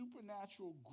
supernatural